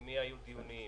עם מי היו דיונים?